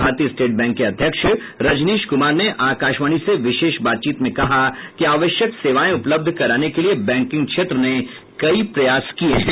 भारतीय state bank के अध्यक्ष रजनीश कुमार ने आकाशवाणी से विशेष बातचीत में कहा कि आवश्यक सेवाएं उपलब्ध कराने के लिए बैंकिंग क्षेत्र ने कई प्रयास किए हैं